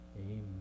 Amen